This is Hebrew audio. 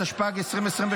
התשפ"ג 2023,